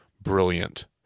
brilliant